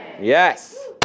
Yes